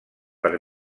per